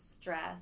stress